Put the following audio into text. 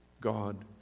God